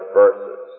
verses